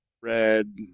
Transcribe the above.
Red